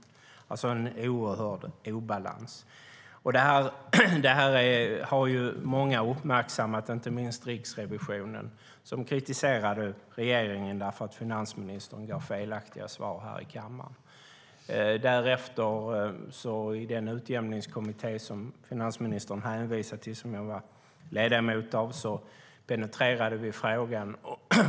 Det är alltså stor obalans. Många har uppmärksammat detta, inte minst Riksrevisionen som kritiserar regeringen eftersom finansministern gav felaktiga svar i kammaren. I den utjämningskommitté som finansministern hänvisade till och som jag var ledamot av penetrerade vi frågan.